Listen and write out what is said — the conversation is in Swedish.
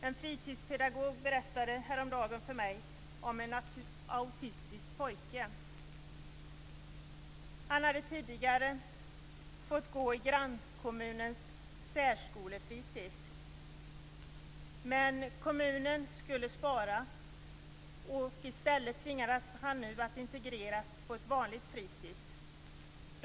En fritidspedagog berättade häromdagen för mig om en autistisk pojke. Han hade tidigare fått gå i grannkommunens särskolefritis. Men kommunen skulle spara, och i stället tvingades han nu att integreras på ett vanligt fritis.